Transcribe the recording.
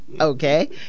okay